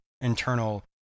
internal